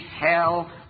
hell